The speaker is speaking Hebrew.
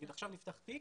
נגיד עכשיו נפתח תיק,